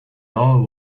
law